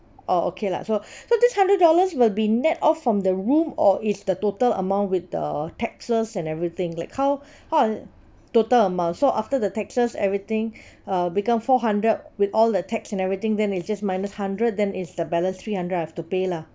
oh okay lah so so this hundred dollars will be net off from the room or is the total amount with the taxes and everything like how how i~ total amount so after the taxes everything uh become four hundred with all the tax and everything then it's just minus hundred then is the balance three hundred I have to pay lah